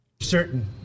Certain